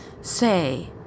Say